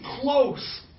close